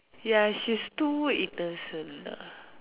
ya she's too innocent ah